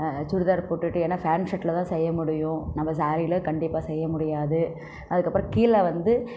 சுடிதார் போட்டுட்டு ஏன்னா பேண்ட் ஷர்ட்டில் தான் செய்ய முடியும் நம்ம சாரில கண்டிப்பாக செய்யமுடியாது அதுக்கப்பறம் கீழே வந்து